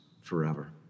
forever